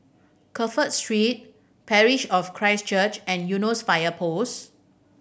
Crawford Street Parish of Christ Church and Eunos Fire Post